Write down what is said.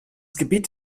gebiet